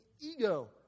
ego